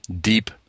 deep